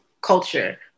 culture